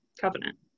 covenant